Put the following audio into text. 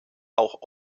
auch